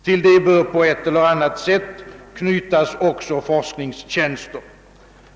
Till detta bör på ett eller annat sätt knytas också forskningstjänster.